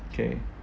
K